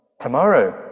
Tomorrow